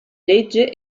legge